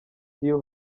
hill